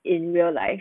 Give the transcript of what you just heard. in real life